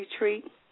retreat